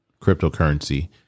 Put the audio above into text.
cryptocurrency